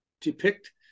depict